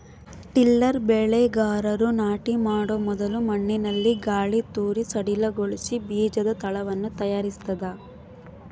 tiller ಬೆಳೆಗಾರರು ನಾಟಿ ಮಾಡೊ ಮೊದಲು ಮಣ್ಣಿನಲ್ಲಿ ಗಾಳಿತೂರಿ ಸಡಿಲಗೊಳಿಸಿ ಬೀಜದ ತಳವನ್ನು ತಯಾರಿಸ್ತದ